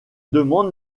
demande